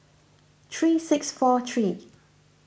three six four three